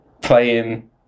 playing